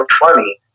funny